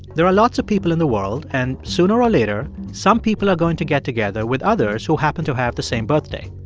there are lots of people in the world, and sooner or later, some people are going to get together with others who happen to have the same birthday.